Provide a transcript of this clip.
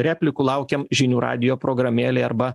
replikų laukiam žinių radijo programėlėje arba